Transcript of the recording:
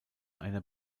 einer